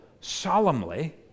solemnly